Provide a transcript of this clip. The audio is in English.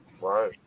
Right